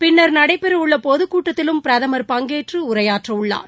பின்னர் நடைபெற உள்ள பொதுக்கூட்டத்திலும் பிரதமர் பங்கேற்று உரையாற்ற உள்ளார்